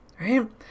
right